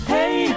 Hey